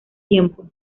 tiempo